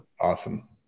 Awesome